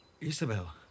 Isabel